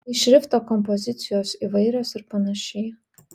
tai šrifto kompozicijos įvairios ir panašiai